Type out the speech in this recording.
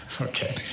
Okay